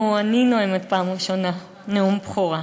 נאום בכורה.